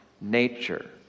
nature